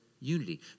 unity